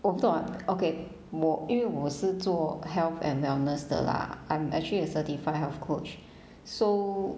我 thought okay 我因为我是做 health and wellness 的 lah I'm actually a certified health coach so